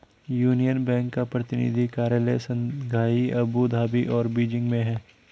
union Bank का प्रतिनिधि कार्यालय शंघाई अबू धाबी और बीजिंग में भी है